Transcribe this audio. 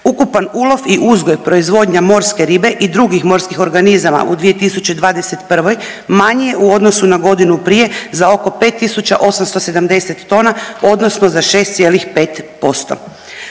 Ukupan ulov i uzgoj i proizvodnja morske ribe i drugih morskih organizama u 2021. manji je u odnosu na godinu prije za oko 5.870 tona odnosno za 6,5%.